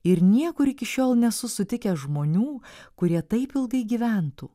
ir niekur iki šiol nesu sutikęs žmonių kurie taip ilgai gyventų